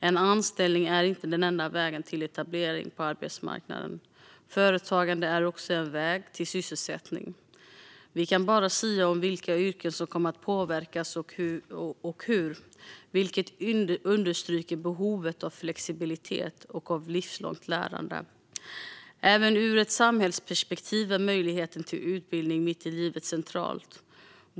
En anställning är inte den enda vägen till etablering på arbetsmarknaden. Företagande är också en väg till sysselsättning. Vi kan bara sia om vilka yrken som kommer att påverkas och hur, vilket understryker behovet av flexibilitet och livslångt lärande. Även ur ett samhällsperspektiv är möjligheten till utbildning mitt i livet central.